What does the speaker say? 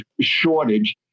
shortage